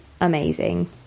amazing